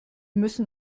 müssen